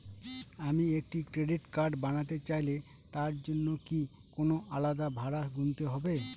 আমি একটি credit card বানাতে চাইলে তার জন্য কি কোনো আলাদা ভাড়া গুনতে হবে?